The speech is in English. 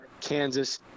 Kansas